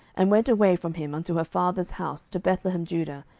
and went away from him unto her father's house to bethlehemjudah,